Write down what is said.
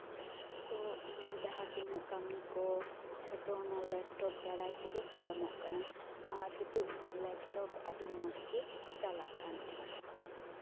ᱛᱚ ᱤᱧᱟᱹᱜ ᱡᱟᱦᱟᱸ ᱛᱤᱱᱟᱹᱜ ᱠᱟᱹᱢᱤ ᱠᱚ ᱡᱷᱚᱛᱚ ᱚᱱᱟ ᱞᱮᱯᱴᱚᱯ ᱫᱟᱨᱟᱭ ᱛᱮᱜᱮ ᱯᱟᱨᱚᱢᱚᱜ ᱠᱟᱱᱟ ᱟᱨ ᱱᱤᱛᱚᱜ ᱤᱧᱟᱹᱜ ᱞᱮᱯᱴᱚᱯ ᱟᱹᱰᱤ ᱢᱚᱡᱽ ᱜᱮ ᱪᱟᱞᱟᱜ ᱠᱟᱱ ᱛᱤᱧᱟ